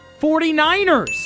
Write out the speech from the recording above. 49ers